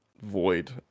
void